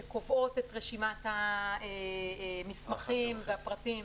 שקובעות את רשימת המסמכים והפרטים